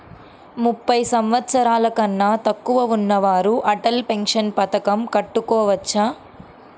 ముప్పై సంవత్సరాలకన్నా తక్కువ ఉన్నవారు అటల్ పెన్షన్ పథకం కట్టుకోవచ్చా?